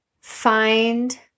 find